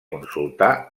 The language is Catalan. consultar